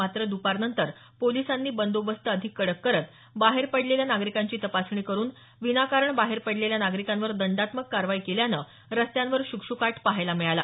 मात्र द्रपारनंतर पोलिसांनी बंदोबस्त अधिक कडक करत बाहेर पडलेल्या नागरिकांची तपासणी करुन विनाकारण बाहेर पडलेल्या नागरिकांवर दंडात्मक कारवाई केल्यानं रस्त्यांवर श्कश्काट पाहण्यास मिळाला